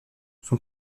son